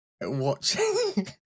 watching